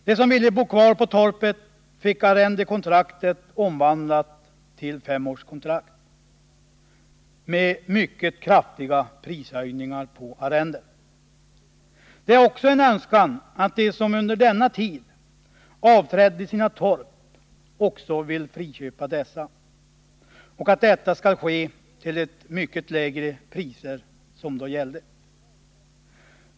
De som ville bo kvar på sitt torp fick arrendekontraktet omvandlat till ett femårskontrakt med mycket kraftiga prishöjningar på arrendet. Önskvärt är att också de som under denna tid avträdde sina torp får friköpa dessa och att detta kan ske till de mycket lägre priser som då gällde.